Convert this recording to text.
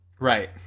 Right